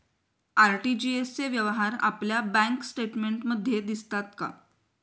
RTGS चे व्यवहार आपल्या बँक स्टेटमेंटमध्ये दिसतात का?